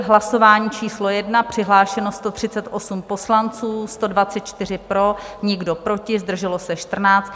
Hlasování číslo 1, přihlášeno 138 poslanců, 124 pro, nikdo proti, zdrželo se 14.